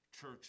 church